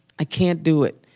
i can't do it.